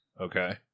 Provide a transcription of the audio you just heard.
okay